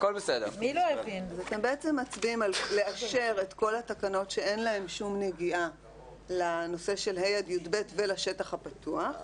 על אישור כל התקנות שאין להן שום נגיעה לנושא של ה' עד י"ב ולשטח הפתוח,